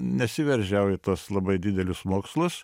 nesiveržiau į tuos labai didelius mokslus